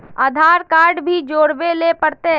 आधार card भी जोरबे ले पड़ते?